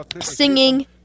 singing